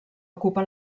ocupa